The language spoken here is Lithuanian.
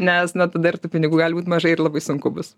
nes na tada ir tų pinigų gali būt mažai ir labai sunku bus